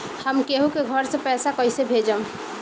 हम केहु के घर से पैसा कैइसे भेजम?